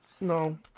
No